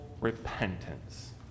repentance